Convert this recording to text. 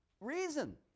reason